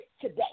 today